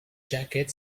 jacket